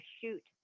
shoot